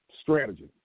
strategy